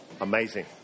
amazing